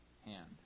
hand